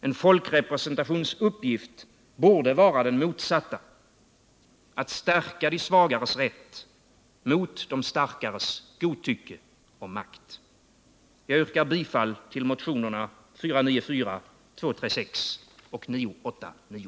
En folkrepresentations uppgift borde vara den motsatta — att stärka de svagares rätt mot de starkares godtycke och makt.